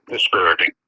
dispiriting